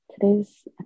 today's